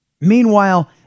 meanwhile